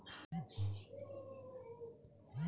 ম্যালা রকমের রগ হ্যয় যেটরলে মমাছি গুলা ম্যরে যায়